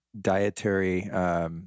dietary